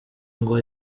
ngo